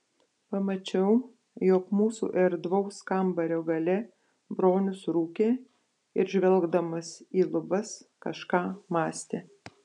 pamačiau jog mūsų erdvaus kambario gale bronius rūkė ir žvelgdamas į lubas kažką mąstė